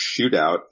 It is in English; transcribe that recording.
shootout